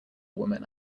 woman